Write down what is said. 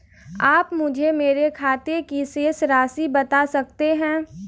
आप मुझे मेरे खाते की शेष राशि बता सकते हैं?